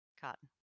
Cotton